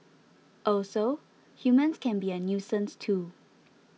also humans can be a nuisance too